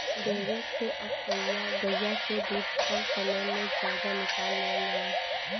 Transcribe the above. dairy से अब गइया से दूध कम समय में जादा निकाल लेवल जाला